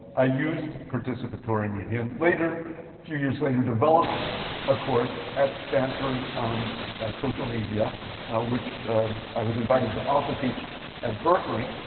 i used participatory media. and later, a few years later, developed a course at stanford on social media which i was invited to also teach at berkeley.